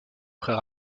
frère